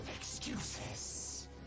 excuses